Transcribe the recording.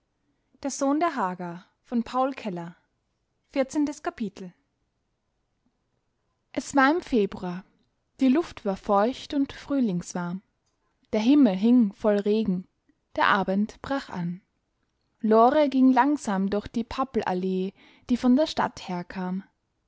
es war im februar die luft war feucht und frühlingswarm der himmel hing voll regen der abend brach an lore ging langsam durch die pappelallee die von der stadt herkam